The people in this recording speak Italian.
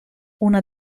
una